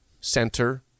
center